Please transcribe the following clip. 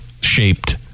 shaped